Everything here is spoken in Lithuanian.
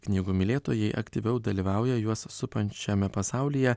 knygų mylėtojai aktyviau dalyvauja juos supančiame pasaulyje